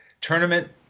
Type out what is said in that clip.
tournament